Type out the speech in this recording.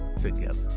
together